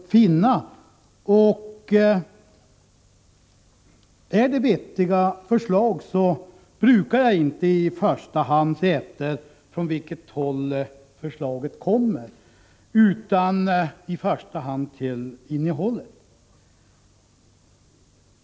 Om det är ett vettigt förslag brukar jag i första hand inte se efter från vilket håll förslaget kommer utan se till innehållet.